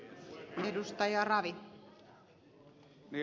arvoisa puhemies